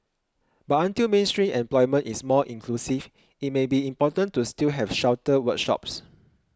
but until mainstream employment is more inclusive it may be important to still have sheltered workshops